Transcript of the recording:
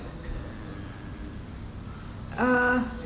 err